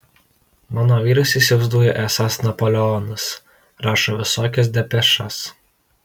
mano vyras įsivaizduoja esąs napoleonas rašo visokias depešas